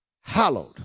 hallowed